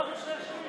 ברוב של שני שלישים.